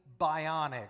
Bionic